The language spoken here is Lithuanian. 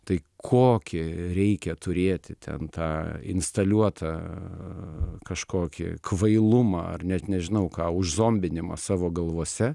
tai kokį reikia turėti ten tą instaliuotą kažkokį kvailumą ar net nežinau ką užzombinimą savo galvose